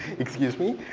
excuse me.